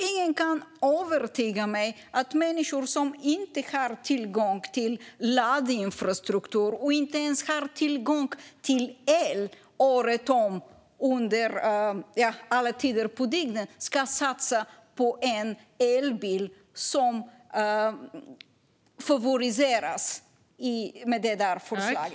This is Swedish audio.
Ingen kan övertyga mig om att människor som inte har tillgång till laddinfrastruktur och inte har tillgång till el året om alla tider på dygnet ska satsa på en elbil som favoriseras i detta förslag.